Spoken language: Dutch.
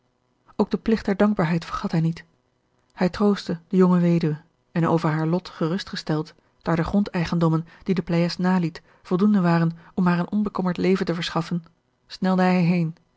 ook den pligt der dankbaarheid vergat hij niet hij troostte de jonge weduwe en oevr haar lot gerust gesteld daar de grondeigendommen die de pleyes naliet voldoende waren om haar een onbekommerd leven te verschaffen snelde hij heen